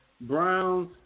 Browns